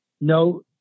No